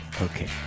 Okay